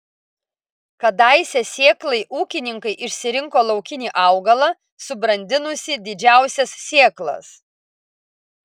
kadaise sėklai ūkininkai išsirinko laukinį augalą subrandinusį didžiausias sėklas